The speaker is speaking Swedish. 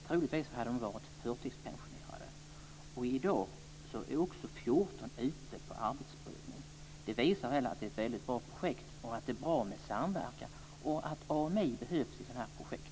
Troligen skulle de nu ha varit förtidspensionerade men i dag är 14 personer ute på arbetsprövning. Det visar väl att det är ett väldigt bra projekt, att det är bra med samverkan och att AMI behövs i fråga om sådana här projekt.